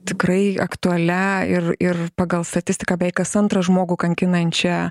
tikrai aktualia ir ir pagal statistiką beveik kas antrą žmogų kankinančia